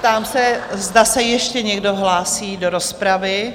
Ptám se, zda se ještě někdo hlásí do rozpravy?